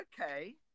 Okay